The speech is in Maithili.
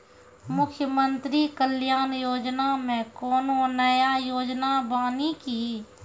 मुख्यमंत्री कल्याण योजना मे कोनो नया योजना बानी की?